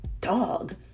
dog